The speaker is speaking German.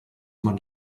man